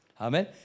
Amen